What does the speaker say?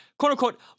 quote-unquote